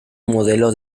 modelo